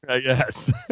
Yes